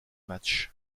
match